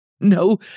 no